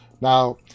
Now